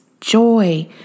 joy